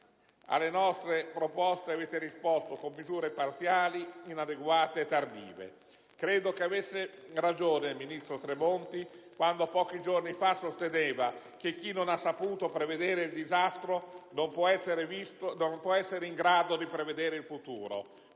Alle nostre proposte avete risposto con misure parziali, inadeguate, tardive. Credo che avesse ragione il ministro Tremonti quando pochi giorni fa ha sostenuto che chi non ha saputo prevedere il disastro non può essere in grado di prevedere il futuro.